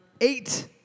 eight